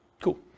Cool